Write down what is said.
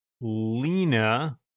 Lena